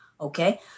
Okay